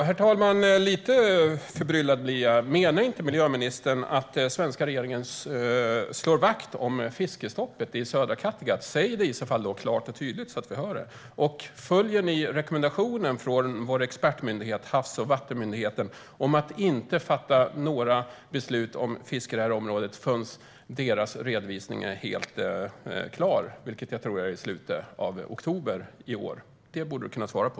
Herr talman! Jag blir lite förbryllad. Menar inte miljöministern att den svenska regeringen slår vakt om fiskestoppet i södra Kattegatt? Säg det i så fall klart och tydligt så att vi hör det! Följer ni rekommendationen från vår expertmyndighet Havs och vattenmyndigheten att inte fatta några beslut om fiske i området förrän deras redovisning är helt klar, vilket jag tror är i slutet av oktober i år? Det borde du kunna svara på.